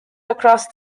across